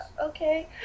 okay